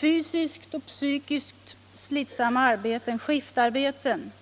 Fysiskt och | psykiskt slitsamma arbeten, skiftarbeten